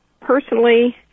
personally